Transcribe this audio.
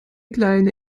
kleine